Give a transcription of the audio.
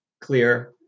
clear